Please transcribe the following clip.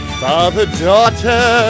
father-daughter